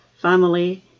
family